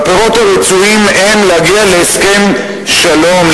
הפירות הרצויים הם להגיע להסכם שלום,